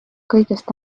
kõigest